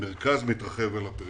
המרכז מתרחב על הפריפריה.